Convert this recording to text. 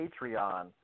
Patreon